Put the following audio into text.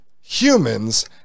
humans